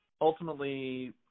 ultimately